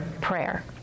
prayer